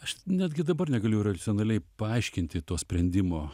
aš netgi dabar negaliu racionaliai paaiškinti to sprendimo